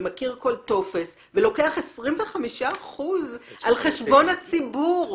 ומכיר כל טופס, ולוקח 25% על חשבון הציבור.